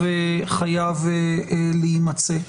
חייב להימצא.